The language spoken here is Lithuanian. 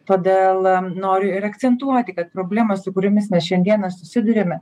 todėl noriu ir akcentuoti kad problemos su kuriomis mes šiandieną susiduriame